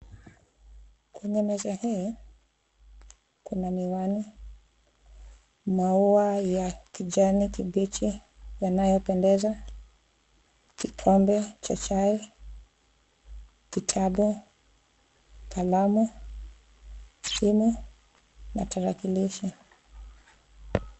Kwenye meza hii, kuna miwani, maua ya kijani kibichi yanayopendeza, kikombe cha chai, kitabu, kalamu, simu na tarakilishi.